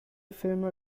filme